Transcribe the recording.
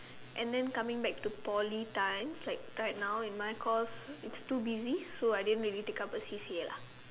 and then coming back to Poly times like right now in my course it's too busy so I didn't really take up a C_C_A lah